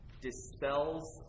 dispels